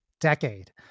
decade